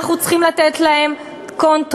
אנחנו צריכים לתת להם קונטרה,